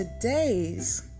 today's